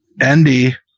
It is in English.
Andy